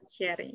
sharing